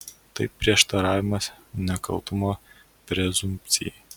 tai prieštaravimas nekaltumo prezumpcijai